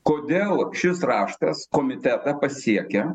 kodėl šis raštas komitetą pasiekia